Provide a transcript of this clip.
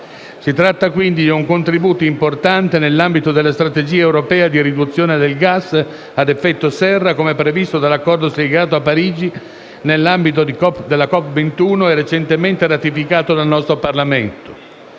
Si tratta quindi di un contributo importante nell'ambito della strategia europea di riduzione dei gas ad effetto serra come previsto nell'accordo siglato a Parigi nell'ambito della COP21 e recentemente ratificato dal nostro Parlamento.